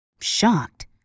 Shocked